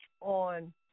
on